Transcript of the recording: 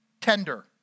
tender